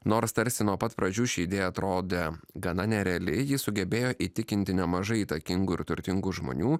nors tarsi nuo pat pradžių ši idėja atrodė gana nerealiai ji sugebėjo įtikinti nemažai įtakingų ir turtingų žmonių